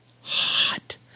hot